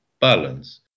balance